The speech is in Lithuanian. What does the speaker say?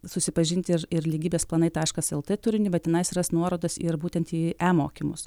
susipažinti ir ir lygybės planai taškas lt turinį bet tenais ir ras nuorodas ir būtent į emokymus